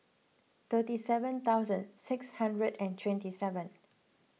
three seventy thousand six hundred and twenty seven